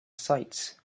sights